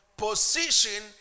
position